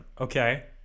Okay